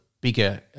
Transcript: bigger